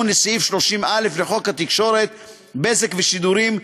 לסעיף 30א לחוק התקשורת (בזק ושידורים),